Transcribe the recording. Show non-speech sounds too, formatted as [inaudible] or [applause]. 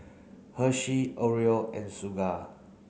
Hershey L'Oreal and [unintelligible]